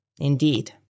indeed